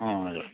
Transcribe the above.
हजुर